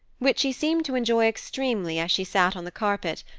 which she seemed to enjoy extremely as she sat on the carpet,